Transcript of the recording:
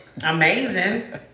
amazing